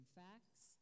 facts